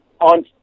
on